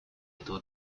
этого